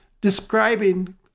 describing